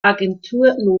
agentur